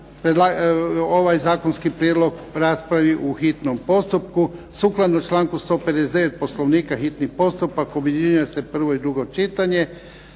Ovaj zakonski prijedlog raspravljen u hitnom postupku. Sukladno članku 159. Poslovnika hitni postupak objedinjuje prvo i drugo čitanje